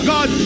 God